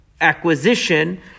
acquisition